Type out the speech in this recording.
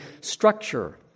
structure